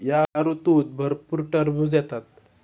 या ऋतूत भरपूर टरबूज येतात